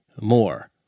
more